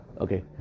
Okay